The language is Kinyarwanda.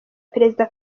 perezida